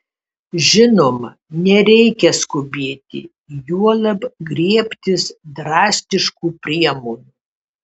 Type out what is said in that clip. žinoma nereikia skubėti juolab griebtis drastiškų priemonių